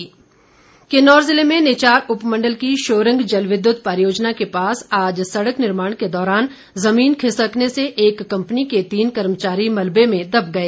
दुर्घटना किन्नौर जिले में निचार उपमंडल की शोरंग जलविद्युत परियोजना के पास आज सड़क निर्माण के दौरान जमीन खिसकने से एक कम्पनी के तीन कर्मचारी मलबे में दब गए